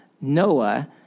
Noah